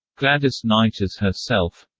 gladys knight as herself